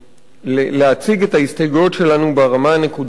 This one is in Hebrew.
ולהציג את ההסתייגויות שלנו ברמה הנקודתית.